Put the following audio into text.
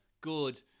Good